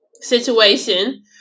situation